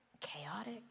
chaotic